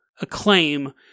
acclaim